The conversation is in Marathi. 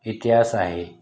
इतिहास आहे